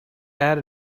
add